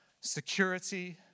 security